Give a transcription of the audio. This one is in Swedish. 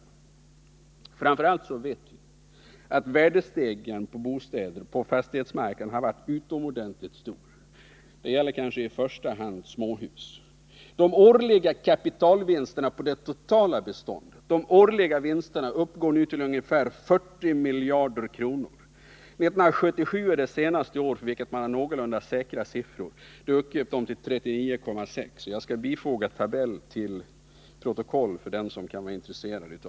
Framför allt vet vi att värdestegringen på fastigheter på bostadsmarknaden har varit utomordentligt stor — detta gäller i första hand småhus. De årliga kapitalvinsterna i det totala småhusbeståndet uppgår nu till ungefär 40 miljarder kronor. 1977 är det senaste år för vilket man har någorlunda säkra siffror, och då uppgick vinsterna till 39,6 miljarder kronor.